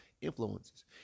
influences